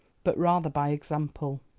but rather by example.